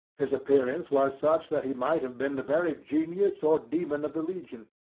his appearance was such that he might have been the very genius or demon of the region.